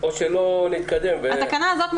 עכשיו זה ברשות בתי החולים.